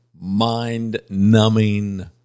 mind-numbing